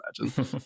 imagine